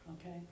Okay